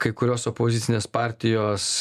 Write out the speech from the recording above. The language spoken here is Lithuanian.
kai kurios opozicinės partijos